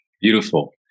Beautiful